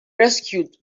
rescued